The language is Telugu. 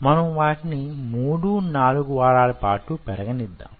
మనము వాటిని 3 4 వారాల పాటు పెరగనిద్దాము